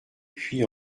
puy